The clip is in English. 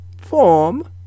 form